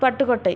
Pattukkottai